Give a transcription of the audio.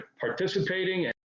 participating